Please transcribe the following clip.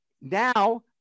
Now